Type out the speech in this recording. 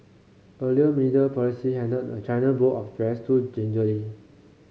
earlier media policy handled the China bowl of the press too gingerly